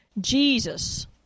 Jesus